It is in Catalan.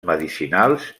medicinals